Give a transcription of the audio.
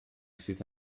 sydd